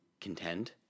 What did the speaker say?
contend